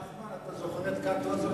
נחמן, אתה זוכר, אתה